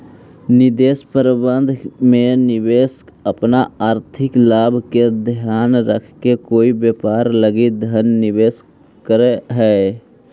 निवेश प्रबंधन में निवेशक अपन आर्थिक लाभ के ध्यान रखके कोई व्यापार लगी धन निवेश करऽ हइ